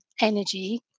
energy